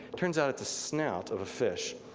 turns out it's the snout of a fish,